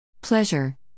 Pleasure